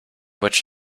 which